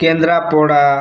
Kendrapara